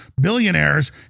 billionaires